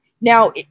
Now